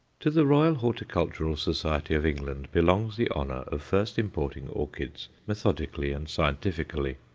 to the royal horticultural society of england belongs the honour of first importing orchids methodically and scientifically.